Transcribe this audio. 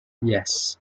yes